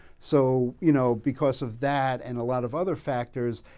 so you know, because of that and a lot of other factors,